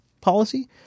policy